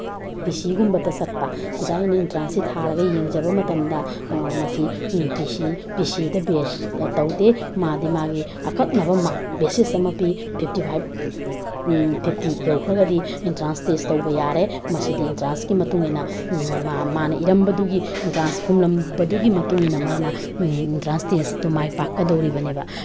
ꯄꯤ ꯁꯤꯒꯨꯝꯕꯇ ꯆꯠꯄ ꯁꯤꯗ ꯑꯩꯅ ꯏꯟꯇ꯭ꯔꯥꯟꯁꯁꯤ ꯊꯥꯔꯒ ꯌꯦꯡꯖꯕ ꯃꯇꯝꯗ ꯃꯁꯤ ꯄꯤ ꯁꯤ ꯄꯤ ꯁꯤꯗ ꯕꯦꯖ ꯇꯧꯗꯦ ꯃꯥꯗꯤ ꯃꯥꯒꯤ ꯑꯀꯛꯅꯕ ꯃꯥꯔꯛ ꯕꯦꯁꯤꯁ ꯑꯃ ꯄꯤ ꯐꯤꯞꯇꯤ ꯐꯥꯏꯚ ꯐꯤꯞꯇꯤ ꯌꯧꯈ꯭ꯔꯒꯗꯤ ꯏꯟꯇ꯭ꯔꯥꯟꯁ ꯇꯦꯁ ꯇꯧꯕ ꯌꯥꯔꯦ ꯃꯁꯤꯗꯤ ꯏꯟꯇ꯭ꯔꯥꯟꯁꯀꯤ ꯃꯇꯨꯡꯏꯟꯅ ꯃꯥ ꯃꯥꯅ ꯏꯔꯝꯕꯗꯨꯒꯤ ꯏꯟꯇ꯭ꯔꯥꯟꯁ ꯈꯨꯝꯂꯝꯕꯗꯨꯒꯤ ꯃꯇꯨꯡꯏꯟꯅ ꯃꯥꯅ ꯏꯟꯇ꯭ꯔꯥꯟꯁ ꯇꯦꯁꯇꯨ ꯃꯥꯏ ꯄꯥꯛꯀꯗꯧꯔꯤꯕꯅꯦꯕ